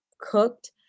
cooked